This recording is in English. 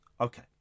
Okay